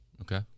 Okay